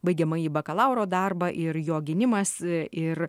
baigiamąjį bakalauro darbą ir jo gynimas ir